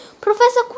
Professor